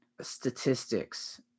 statistics